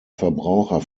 verbraucher